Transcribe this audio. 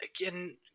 Again